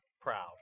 proud